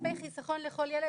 כספי חסכון לכל ילד,